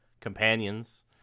companions